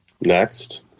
next